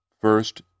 first